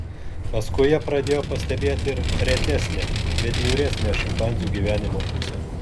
paskui jie pradėjo pastebėti ir retesnę bet niūresnę šimpanzių gyvenimo pusę